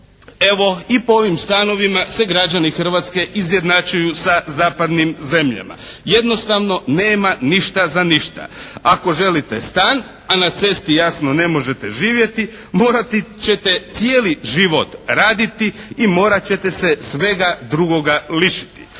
evo i po ovim stanovima se građani Hrvatske izjednačuju sa zapadnim zemljama. Jednostavno nema ništa za ništa. Ako želite stan, a na cesti jasno ne možete živjeti morati ćete cijeli život raditi i morat ćete se svega drugoga lišiti.